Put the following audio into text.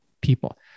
people